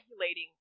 regulating